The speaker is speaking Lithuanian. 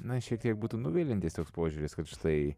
na šiek tiek būtų nuviliantis toks požiūris kad štai